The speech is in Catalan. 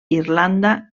irlanda